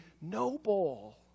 noble